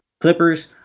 Clippers